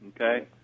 Okay